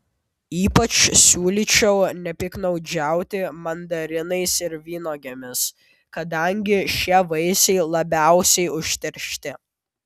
ypač siūlyčiau nepiktnaudžiauti mandarinais ir vynuogėmis kadangi šie vaisiai labiausiai užteršti